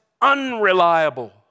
unreliable